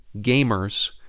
gamers